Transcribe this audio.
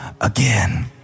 again